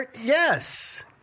Yes